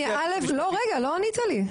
טועה, רגע לא ענית לי.